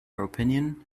opinion